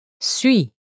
Suis